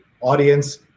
audience